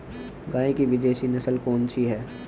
गाय की विदेशी नस्ल कौन सी है?